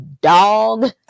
dog